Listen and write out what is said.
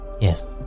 Yes